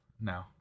no